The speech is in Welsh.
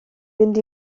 mynd